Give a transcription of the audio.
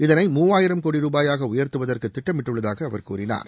இதனை மூவாயிரம் கோடி ரூபாயாக உயர்த்துவதற்கு திட்டமிட்டுள்ளதாக அவர் கூறினார்